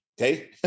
okay